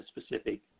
specific